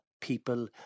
people